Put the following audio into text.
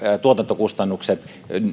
tuotantokustannukset